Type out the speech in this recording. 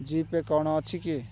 GPay କ'ଣ ଅଛି କି